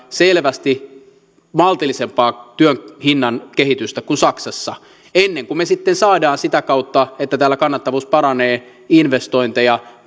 selvästi maltillisempaa työn hinnan kehitystä kuin saksassa ennen kuin me sitten saamme sitä kautta että täällä kannattavuus paranee investointeja